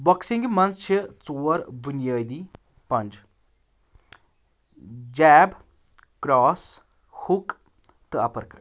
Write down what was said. بۄکسِنٛگہِ منٛز چھِ ژور بُنِیٲدی پنچ جیب کرٛاس ہُک تہٕ اَپر کٹ